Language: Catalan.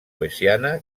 veciana